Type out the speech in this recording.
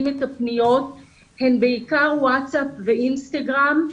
את הפניות הן בעיקר ווטסאפ ואינסטגרם,